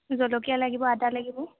জলকীয়া লাগিব আদা লাগিব